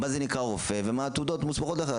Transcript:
מה זה נקרא רופא ומה התעודות המוסמכות לכך.